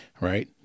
Right